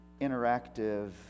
interactive